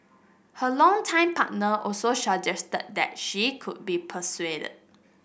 her longtime partner also suggested that she could be persuaded